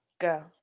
go